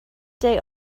day